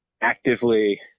actively